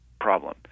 problem